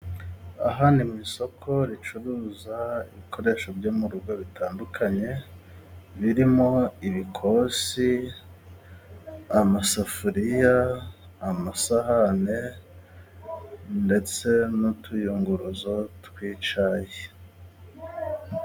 Aha ni mu isoko ricuruza ibikoresho byo mu rugo bitandukanye birimo:ibikosi, amasafuriya, amasahane, ndetse n'utuyunguruzo twi'icyayi.